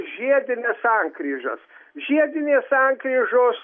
žiedines sankryžas žiedinės sankryžos